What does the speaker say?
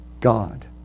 God